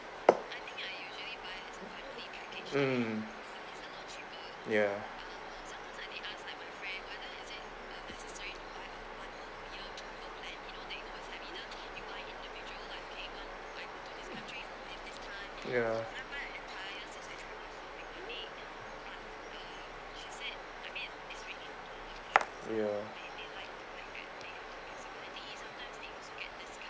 mm ya ya ya